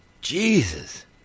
Jesus